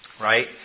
Right